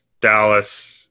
Dallas